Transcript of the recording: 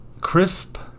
Crisp